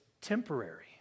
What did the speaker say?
temporary